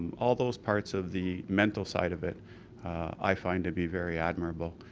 all those parts of the mental side of it i find to be very admirable.